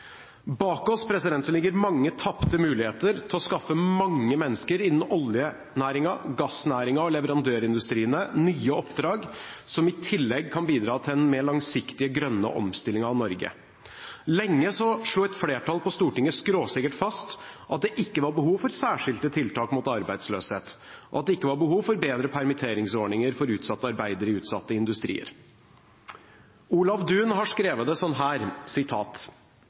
Bak oss ligger mange tapte muligheter til å skaffe mange mennesker innen oljenæringen, gassnæringen og leverandørindustrien nye oppdrag, som i tillegg kan bidra til den mer langsiktige grønne omstillingen av Norge. Lenge slo et flertall på Stortinget skråsikkert fast at det ikke var behov for særskilte tiltak mot arbeidsløshet, og at det ikke var behov for bedre permitteringsordninger for utsatte arbeidere i utsatte industrier. Olav Duun har skrevet det